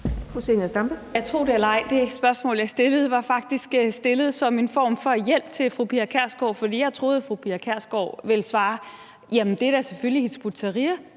Tro det eller ej. Det spørgsmål, jeg stillede, var faktisk stillet som en form for hjælp til fru Pia Kjærsgaard, for jeg troede, at fru Pia Kjærsgaard ville svare: Jamen det er da selvfølgelig Hizb ut-Tahrir,